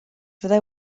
fyddai